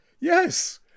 Yes